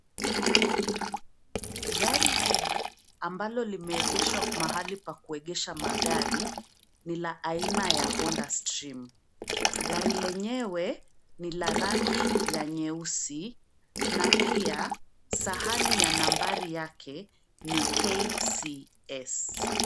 Gari hili ambalo limeegeshwa mahali pa kuegesha magari ni la aina ya Honda Stream. Gari lenyewe ni la rangi ya nyeusi na pia sahani ya nambari yake ni KCS.